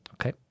Okay